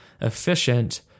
efficient